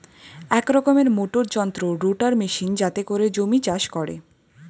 এক রকমের মোটর যন্ত্র রোটার মেশিন যাতে করে জমি চাষ করে